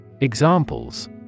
Examples